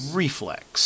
reflex